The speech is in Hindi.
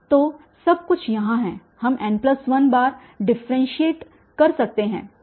तो सब कुछ यहाँ है हम n1 बार डिफ़रेन्शियेट कर सकते हैं